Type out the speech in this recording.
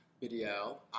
video